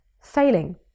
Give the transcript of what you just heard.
Failing